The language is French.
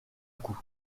coup